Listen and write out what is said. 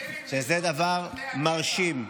שזה דבר מרשים.